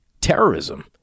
terrorism